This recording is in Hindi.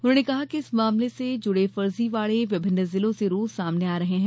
उन्होंने कहा कि इस मामले से जुड़े फर्जीवाड़े विभिन्न जिलों से रोज सामने आ रहे हैं